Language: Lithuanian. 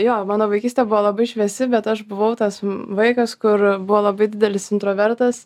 jo mano vaikystė buvo labai šviesi bet aš buvau tas vaikas kur buvo labai didelis introvertas